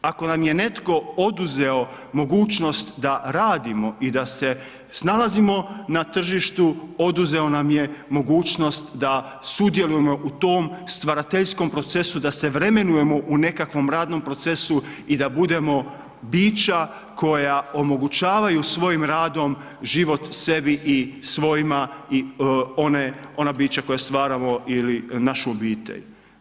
Ako nam je netko oduzeo mogućnost da radimo i da se snalazimo na tržištu, oduzeo nam je mogućnost da sudjelujemo u tom stvarateljstvom procesu da se vremenujemo u nekakvom radnom procesu i da budemo bića koja omogućavaju svojim radom život sebi i svojima i ona bića koja stvaramo ili našu obitelj.